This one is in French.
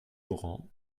laurent